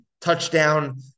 touchdown